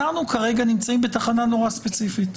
אנחנו כרגע נמצאים בתחנה נורא ספציפית,